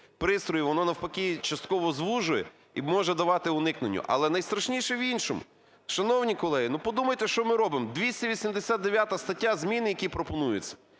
пристроїв, воно навпаки, частково звужує і може давати уникненню. Але найстрашніше в іншому. Шановні колеги, подумайте, що ми робимо. 289 стаття, зміни які пропонуються.